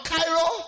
Cairo